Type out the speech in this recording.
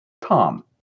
Tom